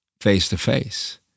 face-to-face